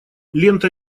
лента